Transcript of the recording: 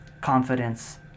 confidence